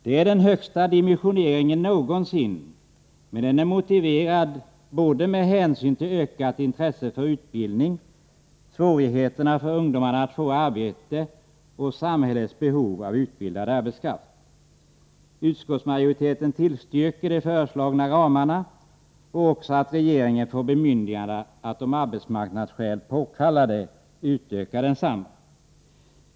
Det är den högsta dimensioneringen någonsin, men den är motiverad med hänsyn till såväl det ökade intresset för utbildning och svårigheterna för ungdomarna att få arbete som samhällets behov av utbildad arbetskraft. Utskottet tillstyrker de föreslagna ramarna och föreslår att regeringen får bemyndigande att, om arbetsmarknadsskäl påkallar det, utöka desamma.